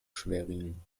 schwerin